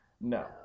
No